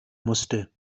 musste